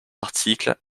articles